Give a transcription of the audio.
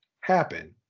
happen